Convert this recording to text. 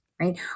right